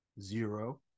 zero